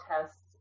tests